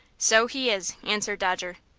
so he is, answered dodger,